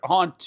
on